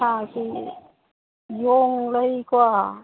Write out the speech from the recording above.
ꯁꯥꯁꯤ ꯌꯣꯡ ꯂꯩꯀꯣ